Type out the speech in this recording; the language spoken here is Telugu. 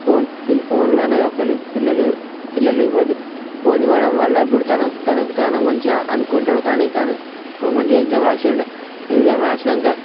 ఫోన్ వీళ్ళు ఫోన్లునేది అసలు పిల్లలు ఇవ్వద్దు ఫోన్లు ఇవ్వడం వల్ల ఇప్పుడు తనకు తనకు మంచిగా అనుకుంటారు కానీ ఇప్పుడు మంచిగా ఎగ్జామ్ రాసాడు ఎగ్జామ్ రాసినాక